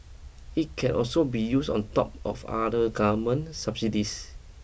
it can also be used on top of other government subsidies